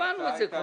קבענו את זה כבר.